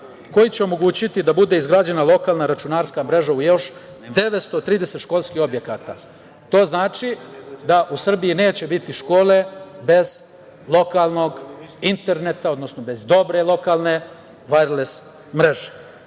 koji će omogućiti da bude izgrađena lokalna računarska mreža u još 930 školskih objekata. To znači da u Srbiji neće biti škole bez lokalnog interneta, odnosno bez dobre lokalne vajles mreže. Mi